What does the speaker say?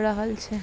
रहल छै